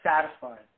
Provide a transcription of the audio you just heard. satisfied